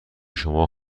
شما